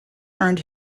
earned